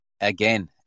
again